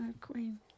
Queen